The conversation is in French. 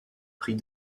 pris